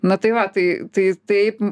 na tai va tai tai taip